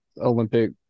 Olympic